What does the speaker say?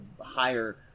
higher